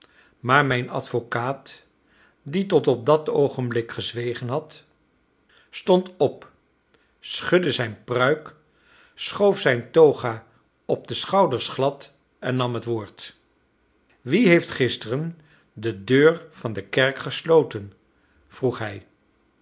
maar mijn advocaat die tot op dat oogenblik gezwegen had stond op schudde zijne pruik schoof zijne toga op de schouders glad en nam het woord wie heeft gisteren de deur van de kerk gesloten vroeg hij